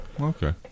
okay